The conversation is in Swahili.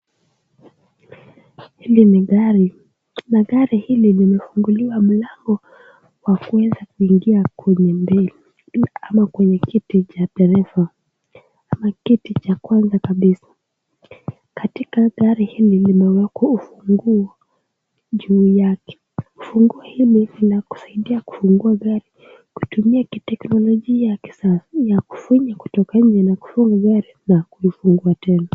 Hili ni gari, na gari hili limefunguliwa mlango wakuweza kuingia kwenye mbele, ama kwenye kiti cha dereva, ama kwenye kiti cha kwanza kabisa, katika gari hili limewekwa ufunguo ju yake, funguo hili lina saidia kufungua gari kutumia kiteknolojia ya kisasa hii ya kufinya kutoka inje na kufunga gari na kufungua tena.